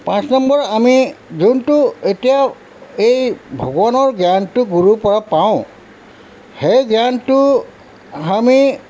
পাঁচ নম্বৰ আমি যোনটো এতিয়াও এই ভগৱানৰ জ্ঞানটো গুৰুৰ পৰা পাওঁ সেই জ্ঞানটো আমি